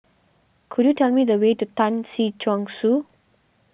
could you tell me the way to Tan Si Chong Su